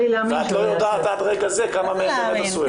ואת לא יודעת עד רגע זה כמה מהם באמת עשו את זה.